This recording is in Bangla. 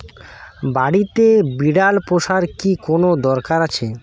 বাড়িতে বিড়াল পোষার কি কোন দরকার আছে?